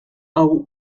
hau